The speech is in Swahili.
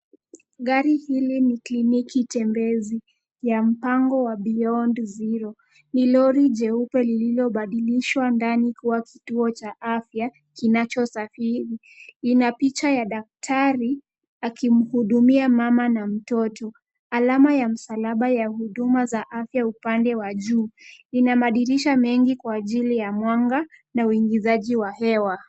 Gari hili ni kliniki tembezi ya mpango wa Beyond Zero . Ni lori jeupe lililobadilishwa ndani kuwa kituo cha afya kinachosafiri. Ina picha ya daktari akimhudumia mama na mtoto. Alama ya msalaba ya huduma za afya upande wa juu. Ina madirisha mengi kwa ajili ya mwanga na uingizaji wa hewa.